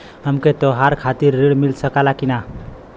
हमके त्योहार खातिर त्रण मिल सकला कि ना?